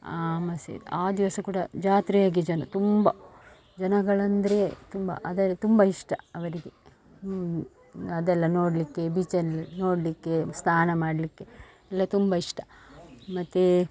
ಅಮಾಸ್ಯೆ ಆ ದಿವಸ ಕೂಡ ಜಾತ್ರೆ ಹಾಗೆ ಜನ ತುಂಬ ಜನಗಳಂದರೆ ತುಂಬ ಅದೇ ತುಂಬ ಇಷ್ಟ ಅವರಿಗೆ ಅದೆಲ್ಲ ನೋಡಲಿಕ್ಕೆ ಬೀಚಲ್ಲಿ ನೋಡಲಿಕ್ಕೆ ಸ್ನಾನ ಮಾಡಲಿಕ್ಕೆ ಎಲ್ಲ ತುಂಬ ಇಷ್ಟ ಮತ್ತು